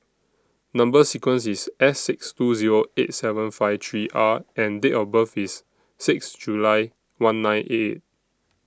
Number sequence IS S six two Zero eight seven five three R and Date of birth IS six July one nine eight eight